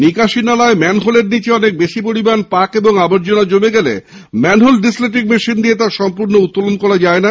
নিকাশি নালায় ম্যানহোলের নিচে অনেক বেশি পরিমাণ পাক ও আবর্জনা জমে গেলে ম্যানহোল ডিসিলটিং মেশিন দিয়ে তা সম্পূর্ণ উত্তোলন করা যায় না